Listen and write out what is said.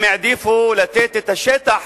הם העדיפו לתת את השטח